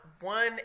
one